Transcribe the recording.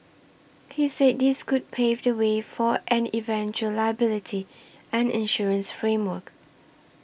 he say this could pave the way for an eventual liability and insurance framework